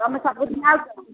ତୁମେ ସବୁଦିନ ଆସୁଛ